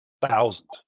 Thousands